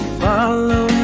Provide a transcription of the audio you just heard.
follow